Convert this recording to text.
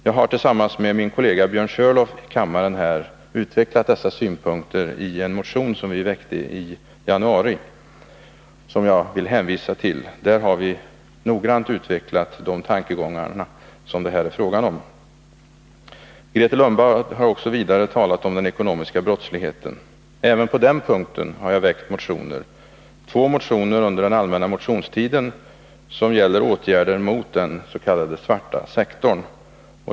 Jag har tillsammans med min kollega här i kammaren Björn Körlof anfört dessa synpunkter i en motion, som vi väckte i januari och som jag vill hänvisa till. Där har vi noggrant utvecklat de tankegångar som det här är fråga om. Grethe Lundblad har vidare talat om den ekonomiska brottsligheten. Även på den punkten har jag väckt motioner — två motioner under den allmänna motionstiden om åtgärder mot den s.k. svarta sektorn.